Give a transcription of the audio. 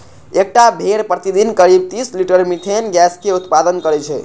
एकटा भेड़ प्रतिदिन करीब तीस लीटर मिथेन गैस के उत्पादन करै छै